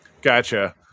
Gotcha